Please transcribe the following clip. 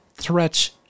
Threats